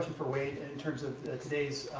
for wade. in terms of today's